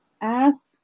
ask